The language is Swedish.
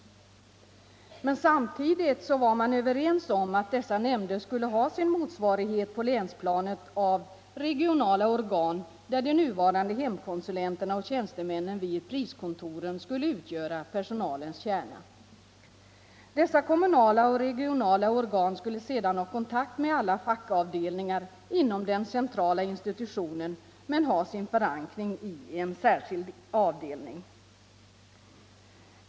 Men samtidigt var man överens om att dessa nämnder skulle ha sin motsvarighet på länsplanet i regionala organ, där de nuvarande hemkonsulenterna och tjänstemännen vid priskontoren skulle utgöra personalens kärna. Dessa kommunala och regionala organ skulle sedan ha kontakt med alla fackavdelningar inom den centrala institutionen men ha sin förankring i en särskild avdelning.